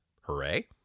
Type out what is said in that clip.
hooray